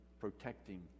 protecting